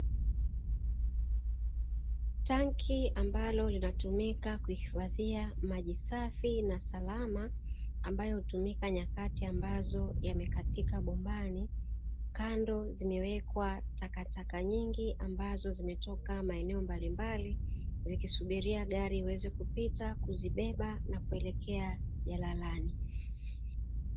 Tanki ambalo linatumika kuhifadhia maji safi na salama, ambayo hutumika nyakati ambazo yamekatika bombani. Kando zimewekwa takataka nyingi ambazo zimetoka maeneo mbalimbali, zikisubiria gari iweze kupita, kuzibeba na kuelekea jalalani.